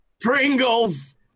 Pringles